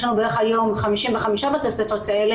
יש לנו בערך היום 55 בתי ספר כאלה,